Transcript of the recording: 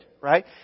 Right